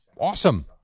awesome